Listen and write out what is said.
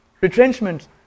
retrenchment